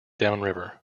downriver